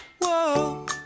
Whoa